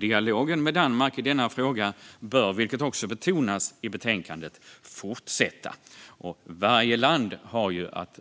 Dialogen med Danmark i denna fråga bör, vilket också betonas i betänkandet, emellertid fortsätta. Varje land har att